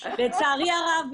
לצערי הרב,